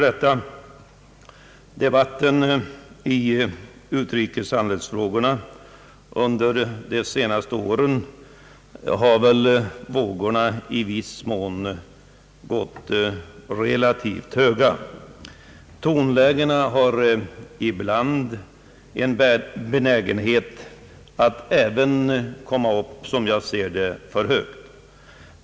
I debatten i utrikesfrågorna under de senaste åren har vågorna ibland gått litet väl höga. Som jag ser det, har tonläget emellanåt en benägenhet att bli för högt.